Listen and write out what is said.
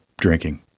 drinking